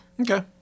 Okay